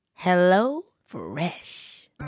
HelloFresh